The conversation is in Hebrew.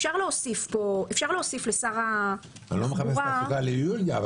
אפשר להוסיף לשר התחבורה --- אני לא מחפש תעסוקה ליוליה,